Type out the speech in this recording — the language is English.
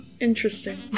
Interesting